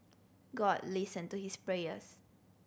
god listen to his prayers